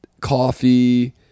coffee